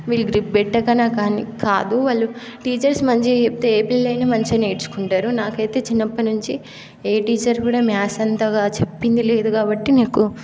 వీళ్ళు గ్రిప్ పెట్టకనా కాని కాదు వాళ్ళు టీచర్స్ మంచిగా చెప్తే ఏ పిల్లలైనా మంచిగా నేర్చుకుంటారు నాకైతే చిన్నప్పటి నుంచి ఏ టీచర్ కూడా మ్యాథ్స్ అంతగా చెప్పింది లేదు కాబట్టి నాకు